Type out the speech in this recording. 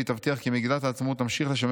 והיא תבטיח כי מגילת העצמאות תמשיך לשמש